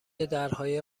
درهای